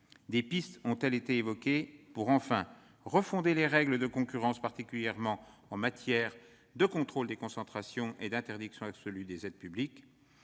Des pistes ont-elles été évoquées pour enfin refonder les règles de concurrence, particulièrement en matière de contrôle des concentrations et d'interdiction absolue des aides publiques,